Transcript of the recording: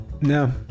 no